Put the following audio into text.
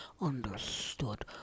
understood